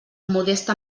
modesta